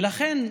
ולכן,